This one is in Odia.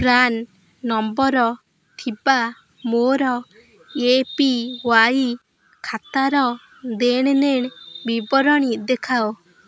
ପ୍ରାନ୍ ନମ୍ବର୍ ଥିବା ମୋର ଏ ପି ୱାଇ ଖାତାର ଦେଣନେଣ ବିବରଣୀ ଦେଖାଅ